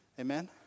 amen